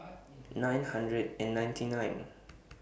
nine hundred and ninety nine